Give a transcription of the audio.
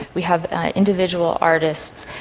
we have individual artists,